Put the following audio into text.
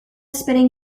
spinning